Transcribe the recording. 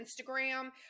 Instagram